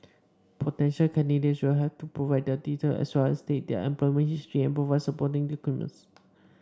potential candidates will have to provide their details as well as state their employment history and provide supporting documents